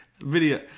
video